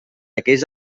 aquells